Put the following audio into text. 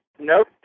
Nope